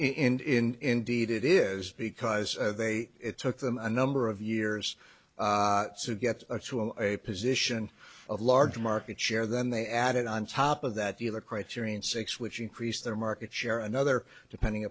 in deed it is because they it took them a number of years to get a position of large market share then they added on top of that dealer criterion six which increased their market share another depending